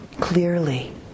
clearly